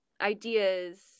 ideas